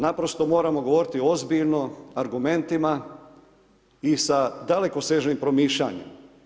Naprosto moramo govoriti ozbiljno, argumentima i sa dalekosežnim promišljanjem.